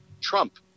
Trump